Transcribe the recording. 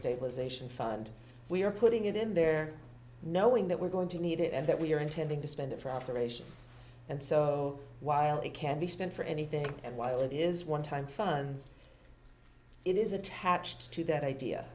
stabilization fund we're putting it in there knowing that we're going to need it and that we're intending to spend it for operations and so while it can be spent for anything and while it is one time funds it is attached to that idea